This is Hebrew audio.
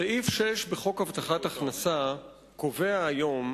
סעיף 6 בחוק הבטחת הכנסה קובע היום,